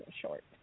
Short